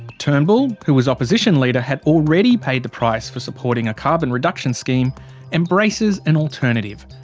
turnbull who as opposition leader had already paid the price for supporting a carbon reduction scheme embraces an alternative,